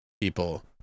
people